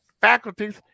faculties